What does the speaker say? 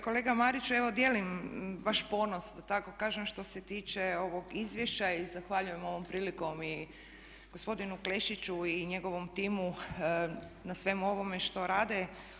Kolega Mariću, evo dijelim vaš ponos da tako kažem što se tiče ovog izvješća i zahvaljujem ovom prilikom i gospodinu Klešiću i njegovom timu na svemu ovome što rade.